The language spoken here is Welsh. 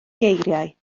geiriau